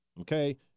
Okay